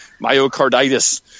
myocarditis